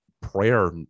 Prayer